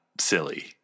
silly